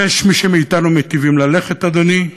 ויש מי מאתנו שמיטיבים ללכת, אדוני,